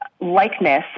likeness